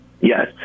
Yes